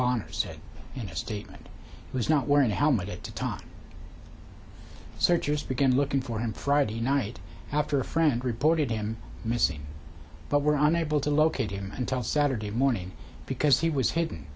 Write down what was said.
said in a statement was not wearing a helmet at the time searchers began looking for him friday night after a friend reported him missing but were unable to locate him until saturday morning because he was hidden